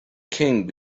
king